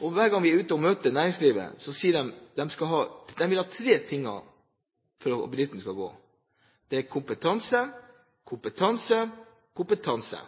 Hver gang vi er ute og møter næringslivet, sier de at de vil ha tre ting for at bedriften skal gå: Det er kompetanse, kompetanse, kompetanse.